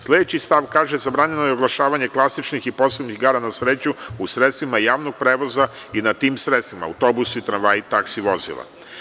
Sledeći stav kaže – zabranjeno je oglašavanje klasičnih i posebnih igara na sreću u sredstvima javnog prevoza i na tim sredstvima, autobusima, tramvaji i taksi vozila.